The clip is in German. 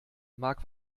mag